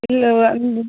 இல்லை